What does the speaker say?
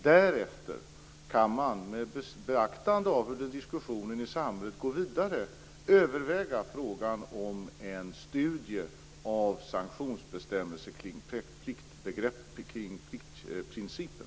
Därefter kan man, med beaktande av hur diskussionen i samhället går vidare, överväga frågan om en studie av sanktionsbestämmelser kring pliktprincipen.